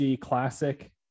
classic